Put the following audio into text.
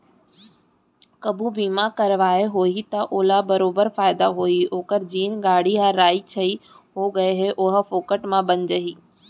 कभू बीमा करवाए होही त ओला बरोबर फायदा होही ओकर जेन गाड़ी ह राइ छाई हो गए हे ओहर फोकट म बन जाही